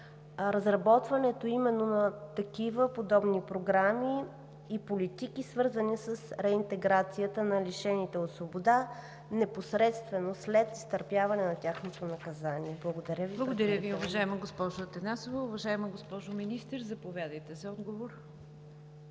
разработването именно на такива подобни програми и политики, свързани с реинтеграцията на лишените от свобода, непосредствено след изтърпяване на тяхното наказание. Благодаря Ви. ПРЕДСЕДАТЕЛ НИГЯР ДЖАФЕР: Благодаря Ви, уважаема госпожо Атанасова. Уважаема госпожо Министър, заповядайте за отговор.